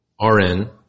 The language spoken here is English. RN